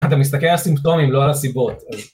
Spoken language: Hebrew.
אתה מסתכל על סימפטומים, לא על הסיבות.